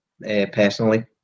personally